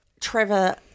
Trevor